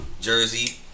Jersey